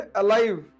alive